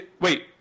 wait